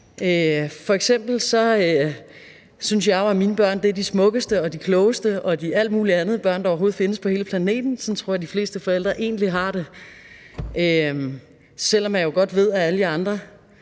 F.eks. synes jeg jo, at mine børn er de smukkeste og de klogeste børn, der overhovedet findes på hele planeten – sådan tror jeg egentlig de fleste forældre har det – selv om jeg godt ved, at alle jer andre